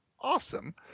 awesome